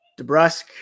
DeBrusque